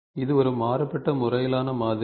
இது ஒரு மாறுபட்ட முறையிலான மாதிரி